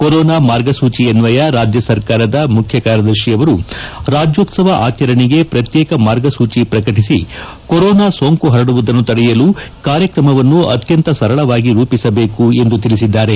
corona ಮಾರ್ಗ ಸೂಚಿ ಅನ್ವಯ ರಾಜ್ಯ ಸರ್ಕಾರದ ಮುಖ್ಯ ಕಾರ್ಯದರ್ಶಿ ಅವರು ರಾಜ್ಣೋತ್ಸವ ಆಚರಣೆಗೆ ಪ್ರತ್ಯೇಕ ಮಾರ್ಗಸೂಚಿ ಪ್ರಕಟಿಸಿ ಕೊರೊನಾ ಸೋಂಕು ಪರಡುವುದನ್ನು ತಡೆಯಲು ಕಾರ್ಯಕ್ರಮವನ್ನು ಅತ್ತಂತ ಸರಳವಾಗಿ ರೂಪಿಸದೇಕು ಎಂದು ತಿಳಿಸಿದ್ದಾರೆ